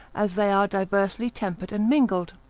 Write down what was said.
as they are diversely tempered and mingled.